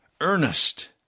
Earnest